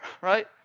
right